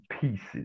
pieces